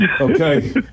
Okay